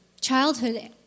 childhood